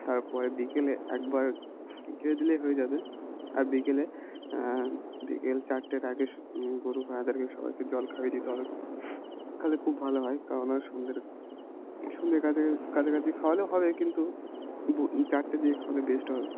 তারপরে বিকেলে একবার খেতে দিলেই হয়ে যাবে আর বিকেলে বিকেল চারটের আগে গরু ভেড়াদেরকে সবাইকে জল খাইয়ে দিতে হবে খেলে খুব ভালো হয় কারণ আর সন্ধ্যের সন্ধ্যের কাছে কাছাকাছি খাওয়ালেও হয় কিন্তু চারটে দিকে খাওয়াল বেস্ট হয়